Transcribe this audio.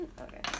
Okay